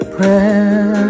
Prayer